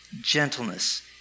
gentleness